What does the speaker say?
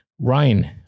ryan